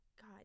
God